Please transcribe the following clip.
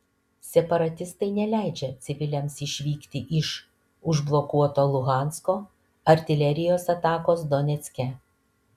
separatistai neleidžia civiliams išvykti iš užblokuoto luhansko artilerijos atakos donecke